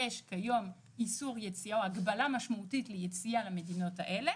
יש כיום איסור יציאה או הגבלה משמעותית ליציאה למדינות האלה,